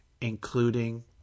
including